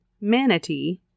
manatee